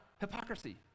hypocrisy